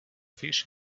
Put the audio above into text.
fish